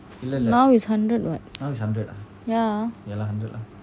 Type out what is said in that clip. now is hundred [what] ya